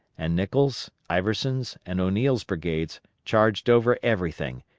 and nicholls', iverson's, and o'neill's brigades charged over everything,